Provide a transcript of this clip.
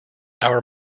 our